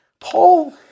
Paul